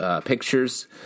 pictures